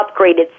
upgraded